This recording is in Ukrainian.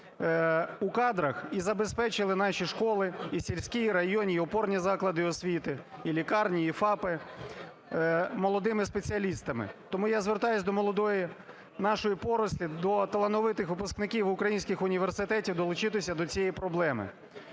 у кадрах і забезпечили наші школи, і сільські, і районні, і опорні заклади освіти, і лікарні, і ФАПи молодими спеціалістами. Тому я звертаюсь до молодої нашої порості, до талановитих випускників українських університетів долучитися до цієї проблеми.